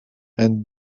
and